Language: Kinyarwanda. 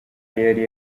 yari